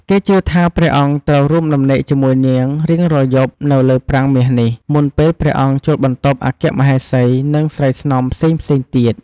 គេជឿថា ព្រះអង្គត្រូវរួមដំណេកជាមួយនាងរៀងរាល់យប់នៅលើប្រាង្គមាសនេះ មុនពេលព្រះអង្គចូលបន្ទប់អគ្គមហេសី និងស្រីស្នំផ្សេងៗទៀត។